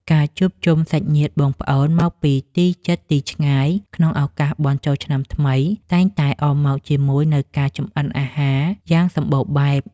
ការជួបជុំសាច់ញាតិបងប្អូនមកពីទីជិតទីឆ្ងាយក្នុងឱកាសបុណ្យចូលឆ្នាំថ្មីតែងតែអមមកជាមួយនូវការចម្អិនអាហារយ៉ាងសម្បូរបែប។